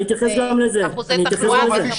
אחוזי תחלואה ואכיפה.